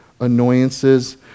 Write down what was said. annoyances